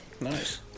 Nice